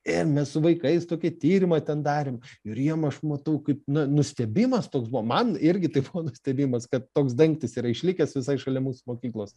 ėjom mes su vaikais tokį tyrimą ten darėm ir jiem aš matau kaip na nustebimas toks buvo man irgi tai buvo nustebimas kad toks dangtis yra išlikęs visai šalia mūsų mokyklos